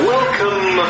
Welcome